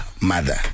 mother